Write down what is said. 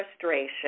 frustration